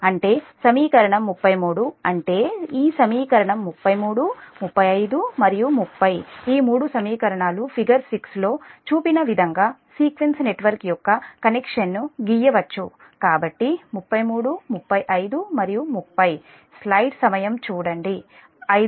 అంటే సమీకరణం 33 అంటే ఈ సమీకరణం 33 35 మరియు 30 ఈ మూడు సమీకరణాలు ఫిగర్ 6 లో చూపిన విధంగా సీక్వెన్స్ నెట్వర్క్ యొక్క కనెక్షన్ను గీయవచ్చు కాబట్టి 33 35 మరియు 30